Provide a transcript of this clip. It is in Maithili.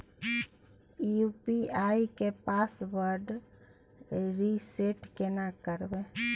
यु.पी.आई के पासवर्ड रिसेट केना करबे?